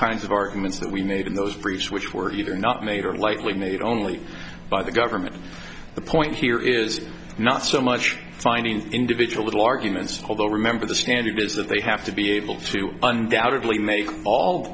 kinds of arguments that we made in those briefs which were either not made or lightly made only by the government the point here is not so much finding individual little arguments although remember the standard is that they have to be able to undoubtedly make all